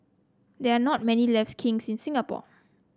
there are not many left kilns in Singapore